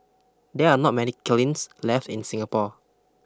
there are not many klins left in Singapore